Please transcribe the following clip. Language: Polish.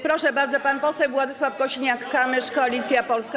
Proszę bardzo, pan poseł Władysław Kosiniak-Kamysz, Koalicja Polska.